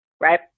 right